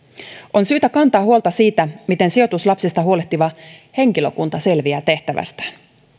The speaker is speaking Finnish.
on syytä kantaa huolta siitä miten sijoituslapsista huolehtiva henkilökunta selviää tehtävästään